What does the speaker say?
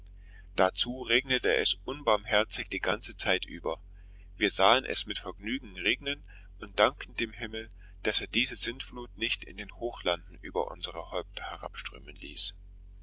dazu regnete es unbarmherzig die ganze zeit über wir sahen es mit vergnügen regnen und dankten dem himmel daß er diese sintflut nicht in den hochlanden über unsere häupter herabströmen ließ